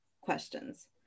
questions